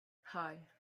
hei